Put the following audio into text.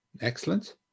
Excellent